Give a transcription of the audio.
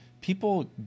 people